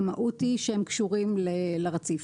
המהות היא שהם קשורים לרציף,